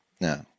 no